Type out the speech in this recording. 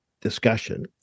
discussion